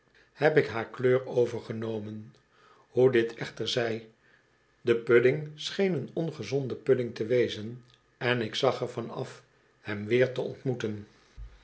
heb ik haar kleur overgenomen hoe dit echter zij de pudding scheen een ongezonde pudding te wezen en ik zag er van af hem weer te ontmoeten